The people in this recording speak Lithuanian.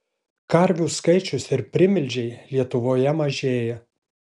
karvių skaičius ir primilžiai lietuvoje mažėja